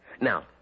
Now